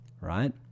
right